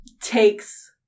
Takes